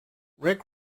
rick